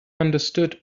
understood